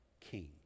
King